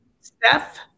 Steph